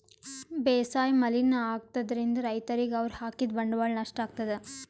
ಬೇಸಾಯ್ ಮಲಿನ್ ಆಗ್ತದ್ರಿನ್ದ್ ರೈತರಿಗ್ ಅವ್ರ್ ಹಾಕಿದ್ ಬಂಡವಾಳ್ ನಷ್ಟ್ ಆಗ್ತದಾ